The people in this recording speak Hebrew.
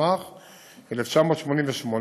התשמ"ח 1988,